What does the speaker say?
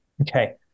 okay